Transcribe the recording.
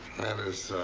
that is, ah,